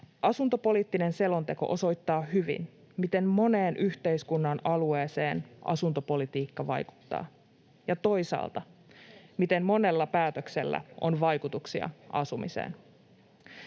Asuntopoliittinen selonteko osoittaa hyvin, miten moneen yhteiskunnan alueeseen asuntopolitiikka vaikuttaa, ja toisaalta, miten monella päätöksellä on vaikutuksia asumiseen.